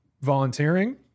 volunteering